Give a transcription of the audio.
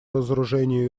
разоружению